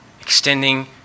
extending